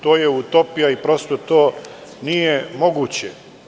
To je utopija i to nije moguće.